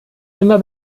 immer